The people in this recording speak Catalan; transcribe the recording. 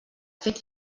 fet